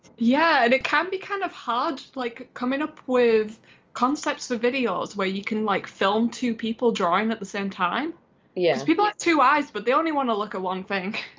yeah, and it can be kind of hard like coming up with concepts of videos where you can like film two people drawing at the same time yeah people have two eyes, but they only wanna look at one thing.